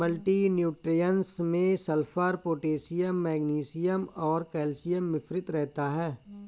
multi nutrients में sulphur, potassium magnesium और calcium मिश्रित रहता है